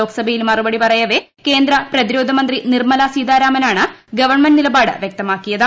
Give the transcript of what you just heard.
ലോക്സഭയിൽ മറുപടി പ്ലൂറയ്വെ കേന്ദ്ര പ്രതിരോധ മന്ത്രി നിർമലാ സീതാരാമനാണ് ഗ്രവൺമെന്റ് നിലപാട് വൃക്തമാക്കിയത്